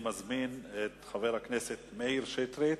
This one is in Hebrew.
אני מזמין את חבר הכנסת מאיר שטרית,